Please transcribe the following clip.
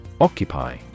occupy